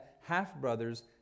half-brothers